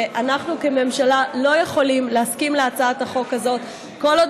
שאנחנו כממשלה לא יכולים להסכים להצעת החוק הזאת כל עוד